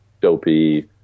dopey